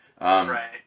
Right